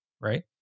right